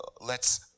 lets